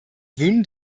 wynn